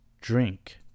drink